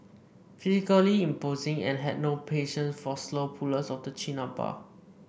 physically imposing and had no patience for slow pullers of the chin up bar